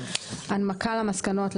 3. הנמקה למסקנות,